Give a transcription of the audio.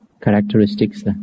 characteristics